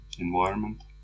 environment